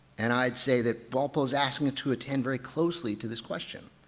and i'd say that walpole is asking it to attend very closely to this question.